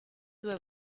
due